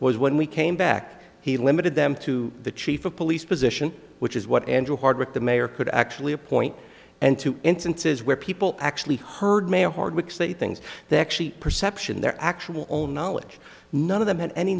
was when we came back he limited them to the chief of police position which is what andrew hardwick the mayor could actually appoint and two instances where people actually heard mayor hardwick say things that actually perception their actual own knowledge none of them had any